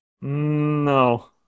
No